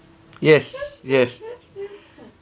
yes yes